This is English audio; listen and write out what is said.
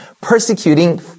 persecuting